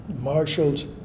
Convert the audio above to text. marshals